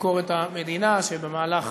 לביקורת המדינה, שבמהלך